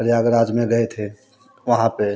प्रयागराज में गए थे वहाँ पे